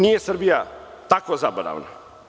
Nije Srbija tako zaboravna.